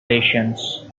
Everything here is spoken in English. patience